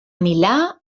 milà